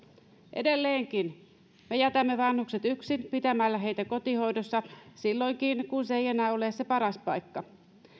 edelleenkin me jätämme vanhukset yksin pitämällä heitä kotihoidossa silloinkin kun se ei enää ole se paras paikka